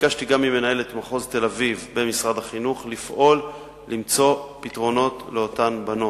וגם ממנהלת מחוז תל-אביב במשרד החינוך לפעול למצוא פתרונות לאותן בנות.